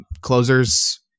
closers